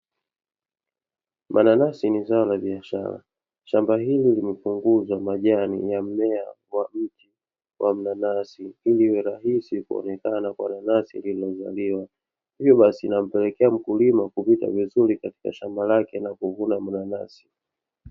Mananasi ni zao la biashara, shamba hili limepunguzwa majani ya mmea wa mti wa mnanasi ili iwe rahisi kuonekana kwa nanasi lililozaliwa, hivyo basi inampelekea mkulima kupita vizuri katika shamba lake na kuvuna mananasi.